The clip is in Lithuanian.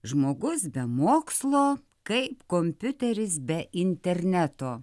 žmogus be mokslo kaip kompiuteris be interneto